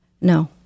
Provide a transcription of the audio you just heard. No